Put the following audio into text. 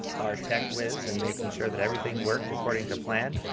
our tech whiz and making sure that everything worked according to plan.